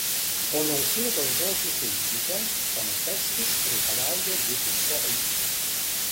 po nausėdos žodžių feisbuke tomaševskis reikalauja visiško aiškumo